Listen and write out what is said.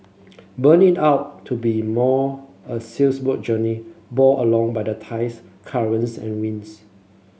but need out to be more a sails boat journey borne along by the tides currents and winds